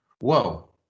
whoa